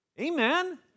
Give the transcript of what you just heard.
Amen